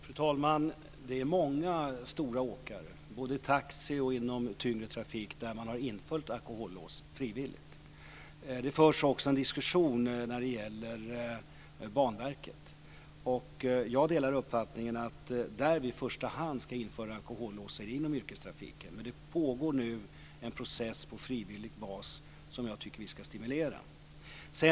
Fru talman! Det är många stora åkare, både inom taxi och inom tyngre trafik, som frivilligt har infört alkohollås. Det förs också en diskussion om Banverket. Jag delar uppfattningen att där alkohollås i första hand ska införas är inom yrkestrafiken. Men det pågår nu en process på frivillig bas som jag tycker att vi ska stimulera.